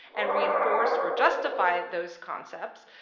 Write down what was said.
and reinforce or justify those concepts,